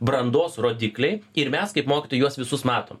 brandos rodikliai ir mes kaip mokytojai juos visus matom